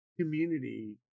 community